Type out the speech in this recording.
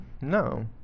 No